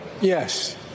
Yes